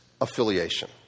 affiliation